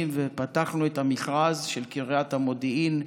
ופתחנו את המכרז של קריית המודיעין,